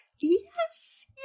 Yes